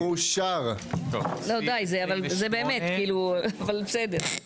לא, די, זה באמת, אבל בסדר.